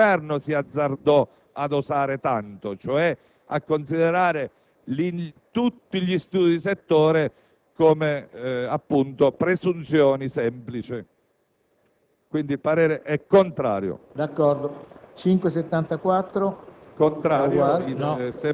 dell'emendamento 5.69 destrutturerebbe l'intero sistema degli studi di settore, con una potenziale perdita di gettito di enorme rilevanza. È evidente, pertanto, che una proposta di tal genere non è accoglibile. Per inciso,